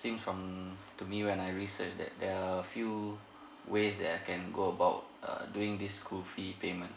same from to me when I researched that there are few ways that I can go about err doing this school fee payment